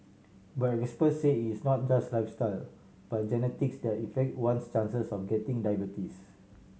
but experts say it's not just lifestyle but genetics that effect one's chances of getting diabetes